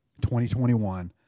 2021